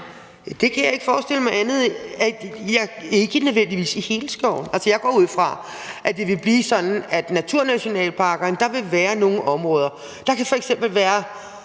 Jeg kan ikke forestille mig andet, men det bliver ikke nødvendigvis i hele skoven. Altså, jeg går ud fra, at det vil blive sådan, at der i nationalparkerne vil være nogle særlige områder. Der kan f.eks. være